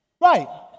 Right